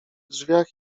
drzwiach